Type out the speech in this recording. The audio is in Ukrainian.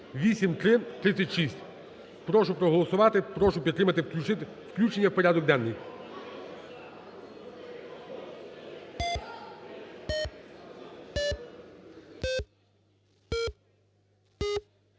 (8336). Прошу проголосувати, прошу підтримати включення в порядок денний.